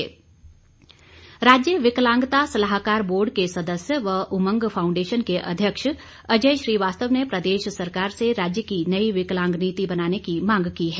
उमंग राज्य विकलांगता सलाहकार बोर्ड के सदस्य व उमंग फाउंडेशन के अध्यक्ष अजय श्रीवास्तव ने प्रदेश सरकार से राज्य की नई विकलांग नीति बनाने की मांग की है